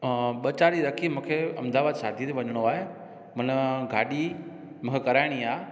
अ ॿ चारि ॾींहं रखी मूंखे अहमदाबाद शादीअ ते वञिणो आहे मान गाॾी मूंखे कराइणी आहे